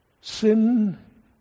Sin